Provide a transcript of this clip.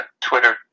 Twitter